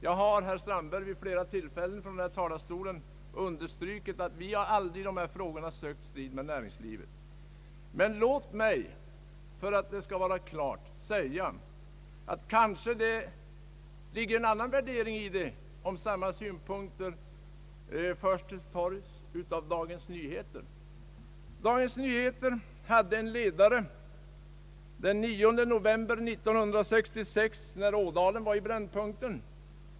Jag har, herr Strandberg, vid flera tillfällen från denna talarstol understrukit att vi i dessa frågor aldrig sökt strid med näringslivet. Låt mig för att vår inställning på denna punkt skall vara fullt klar erinra om att samma synpunkter som vi här hävdat också förts till torgs av Dagens Nyheter. Dagens Nyheter hade en ledare den 9 november 1966, när Ådalen var i brännpunkten.